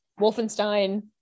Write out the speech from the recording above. Wolfenstein